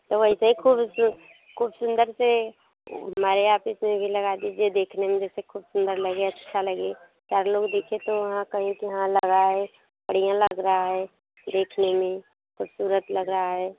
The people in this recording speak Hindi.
तो वैसे खूब खूब सुंदर से हमारे आफिस में भी लगा दीजिए देखने में जैसे खूब सुंदर लगे अच्छा लगे चार लोग देखें तो वहाँ कहे कि हाँ लगा है बढ़िया लग रहा है देखने में खूबसूरत लग रहा है